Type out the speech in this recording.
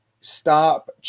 stop